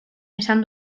esan